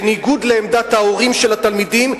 בניגוד לעמדת ההורים של התלמידים,